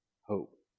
hope